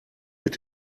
mit